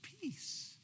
Peace